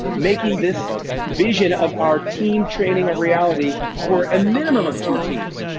making this vision of our team training a reality for a minimum of two teams.